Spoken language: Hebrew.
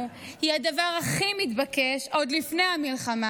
היא הדבר הכי מתבקש עוד לפני המלחמה,